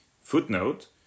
footnote